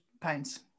pounds